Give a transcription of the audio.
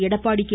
Edappadi K